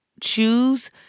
choose